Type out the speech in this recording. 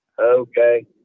okay